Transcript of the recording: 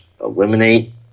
eliminate